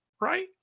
right